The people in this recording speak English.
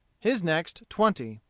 his next twenty.